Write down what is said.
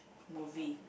movie